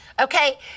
okay